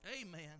Amen